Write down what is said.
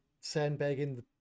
sandbagging